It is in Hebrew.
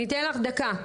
אני אתן לך דקה,